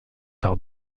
par